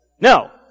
No